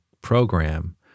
program